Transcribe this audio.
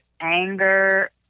anger